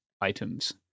items